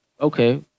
okay